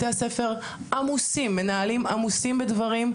בתי הספר עמוסים, מנהלים עמוסים בדברים.